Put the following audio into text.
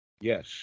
Yes